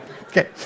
Okay